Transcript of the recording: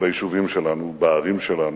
ביישובים שלנו, בערים שלנו.